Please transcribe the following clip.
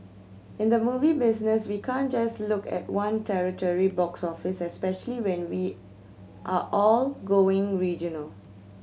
in the movie business we can't just look at one territory box office especially when we are all going regional